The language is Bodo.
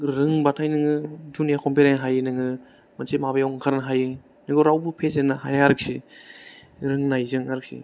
रोंबाथाय नोङो दुनियाखौ बेरायनो हायो नोङो मोनसे माबायाव ओंखारनो हायो नोंखौ रावबो फेजेननो हाया आरखि रोंनायजों आरखि